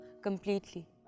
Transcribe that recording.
Completely